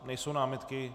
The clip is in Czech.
Nejsou námitky?